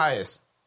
highest